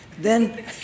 Then-